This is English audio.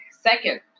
Second